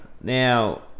Now